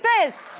this,